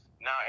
now